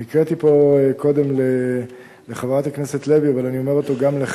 אני הקראתי פה לחברת הכנסת לוי אבל אני אומר גם לך,